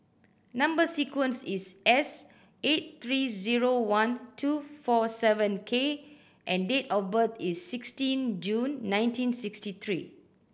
number sequence is S eight three zero one two four seven K and date of birth is sixteen June nineteen sixty three